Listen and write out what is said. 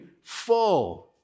full